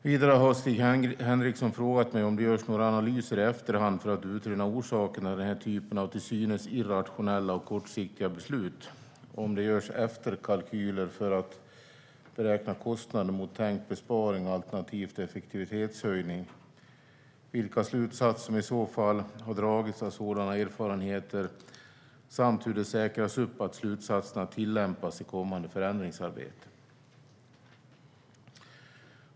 Vidare har Stig Henriksson frågat mig om det görs några analyser i efterhand för att utröna orsakerna till den här typen av till synes irrationella och kortsiktiga beslut och om det görs efterkalkyler för att beräkna kostnader mot tänkt besparing alternativt effektivitetshöjning. Han har också frågat mig vilka slutsatser som i så fall har dragits av sådana erfarenheter samt hur det säkras upp att slutsatserna tillämpas i kommande förändringsarbete.